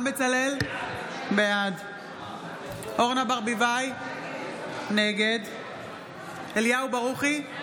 בעד אורנה ברביבאי, נגד אליהו ברוכי,